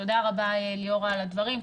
תודה רבה ליאורה על הדברים.